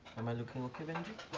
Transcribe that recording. am i looking okay, benjy?